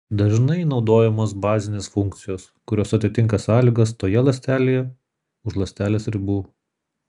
dažnai naudojamos bazinės funkcijos kurios atitinka sąlygas toje ląstelėje už ląstelės ribų